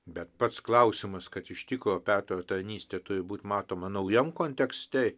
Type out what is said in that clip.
bet pats klausimas kad ištikro petro tarnystė turi būti matoma naujam kontekste